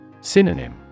Synonym